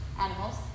animals